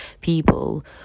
people